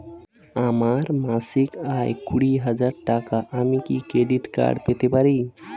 আমার মাসিক আয় কুড়ি হাজার টাকা আমি কি ক্রেডিট কার্ড পেতে পারি?